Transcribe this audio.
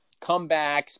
Comebacks